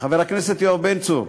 חבר הכנסת יואב בן צור,